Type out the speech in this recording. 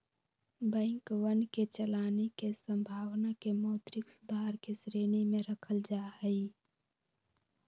बैंकवन के चलानी के संभावना के मौद्रिक सुधार के श्रेणी में रखल जाहई